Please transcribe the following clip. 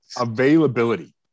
availability